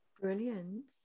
Brilliant